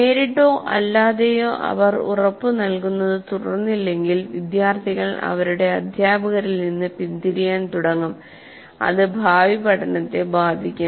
നേരിട്ടോ അല്ലാതെയോ അവർ ഉറപ്പ് നൽകുന്നത് തുടർന്നില്ലെങ്കിൽ വിദ്യാർത്ഥികൾ അവരുടെ അധ്യാപകരിൽ നിന്ന് പിന്തിരിയാൻ തുടങ്ങും അത് ഭാവി പഠനത്തെ ബാധിക്കും